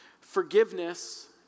Forgiveness